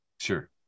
Sure